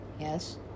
Yes